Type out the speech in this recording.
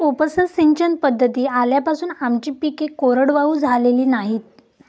उपसा सिंचन पद्धती आल्यापासून आमची पिके कोरडवाहू झालेली नाहीत